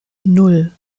nan